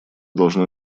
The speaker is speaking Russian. должно